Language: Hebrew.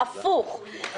אלא להיפך.